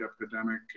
epidemic